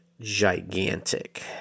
gigantic